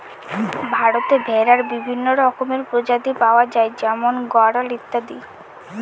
ভারতে ভেড়ার বিভিন্ন রকমের প্রজাতি পাওয়া যায় যেমন গাড়োল ইত্যাদি